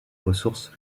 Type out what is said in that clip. ressources